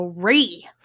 three